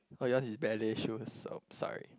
oh yours is ballet shoes so sorry